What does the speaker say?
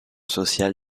sociale